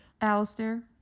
Alistair